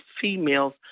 females